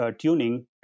tuning